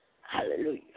Hallelujah